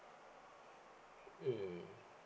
mm